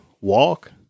walk